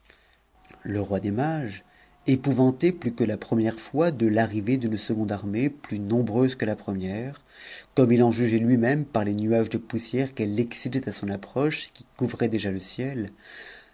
le roi des mages épouvanté plus que la première fois de l'arrivée d'une seconde armée plus nombreuse que la première comme il en jugeait lui-méme par les nuages de poussière qu'elle excitait à son approche et qui couvraient déjà le ciel